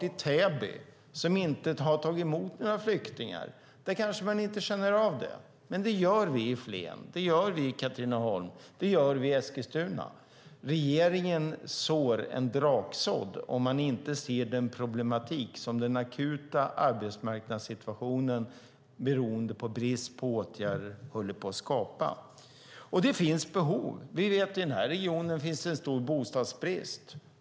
I Täby, som inte har tagit emot några flyktingar, kanske man inte känner av det, men det gör vi i Flen, Katrineholm och Eskilstuna. Regeringen sår en draksådd om man inte ser den problematik som den akuta arbetsmarknadssituationen beroende på brist på åtgärder håller på att skapa. Det finns behov. I den här regionen finns det en stor bostadsbrist.